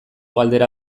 galdera